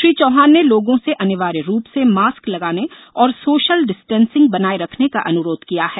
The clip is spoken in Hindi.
श्री चौहान ने लोगों से अनिवार्य रूप से मास्क लगाने और सोशल डिस्टेंसिंग बनाए रखने का अन्रोध किया है